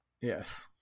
Yes